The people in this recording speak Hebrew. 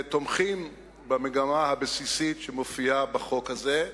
תומכים במגמה הבסיסית שמופיעה בחוק הזה.